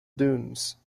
dunes